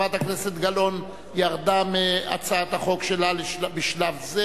חברת הכנסת גלאון ירדה מהצעת החוק שלה בשלב זה.